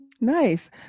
Nice